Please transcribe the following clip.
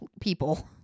people